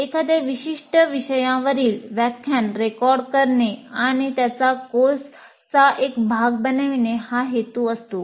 एखाद्या विशिष्ट विषयावरील व्याख्यान रेकॉर्ड करणे आणि त्यास कोर्सचा एक भाग बनविणे हा हेतू असतो